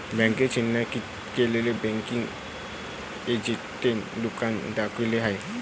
बँकेने चिन्हांकित केलेले बँकिंग एजंटचे दुकान देखील आहे